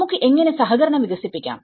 നമുക്ക് എങ്ങനെ സഹകരണം വികസിപ്പിക്കാം